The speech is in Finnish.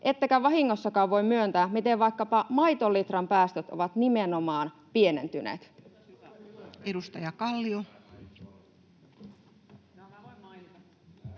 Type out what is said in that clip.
ettekä vahingossakaan voi myöntää, miten vaikkapa maitolitran päästöt ovat nimenomaan pienentyneet.